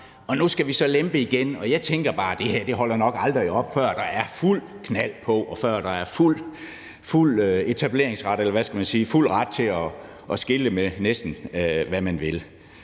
nu skal vi så lempe igen. Jeg tænker bare, at det her nok aldrig holder op, før der er fuldt knald på, og før der er fuld ret til at skilte med næsten, hvad man vil.